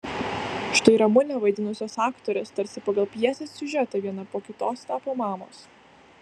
štai ramunę vaidinusios aktorės tarsi pagal pjesės siužetą viena po kitos tapo mamos